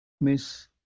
Miss